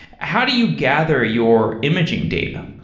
how do you gather your imaging data?